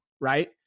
right